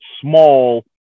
small